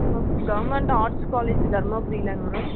ma'am government arts college தருமபுரிலங் ma'am